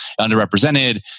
underrepresented